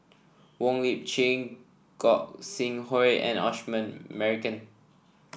Wong Lip Chin Gog Sing Hooi and Osman Merican